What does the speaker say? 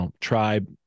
tribe